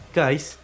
guys